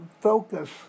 focus